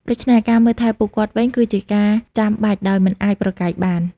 ដូច្នេះ ការមើលថែពួកគាត់វិញ គឺជាការចាំបាច់ដោយមិនអាចប្រកែកបាន។